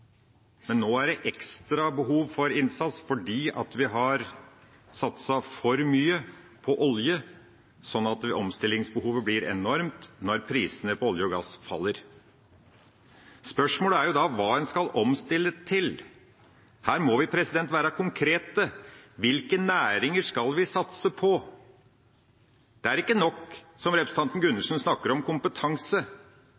men nå er det ekstra behov for innsats fordi vi har satset for mye på olje, sånn at omstillingsbehovet blir enormt når prisene på olje og gass faller. Spørsmålet er da hva en skal omstille til. Her må vi være konkrete. Hvilke næringer skal vi satse på? Det er ikke nok – som representanten Gundersen snakker om – med kompetanse.